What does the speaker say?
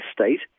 state